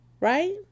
right